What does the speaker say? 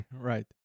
Right